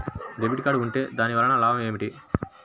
Debit card ఉంటే దాని వలన లాభం ఏమిటీ?